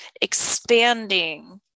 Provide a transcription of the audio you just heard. expanding